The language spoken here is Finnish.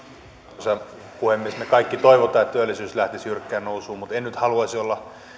arvoisa puhemies me kaikki toivomme että työllisyys lähtisi jyrkkään nousuun en nyt haluaisi olla